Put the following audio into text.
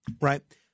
right